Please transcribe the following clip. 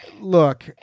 Look